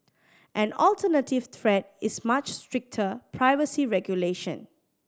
an alternative threat is much stricter privacy regulation